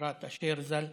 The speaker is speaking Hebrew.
אפרת אשר ז"ל,